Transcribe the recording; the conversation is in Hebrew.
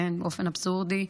באופן אבסורדי,